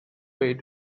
way